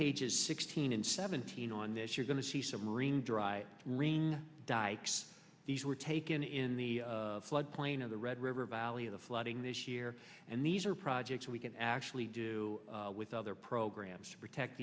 pages sixteen and seventeen on this you're going to see some rain dry rain dikes these were taken in the floodplain of the red river valley the flooding this year and these are projects we can actually do with other programs to protect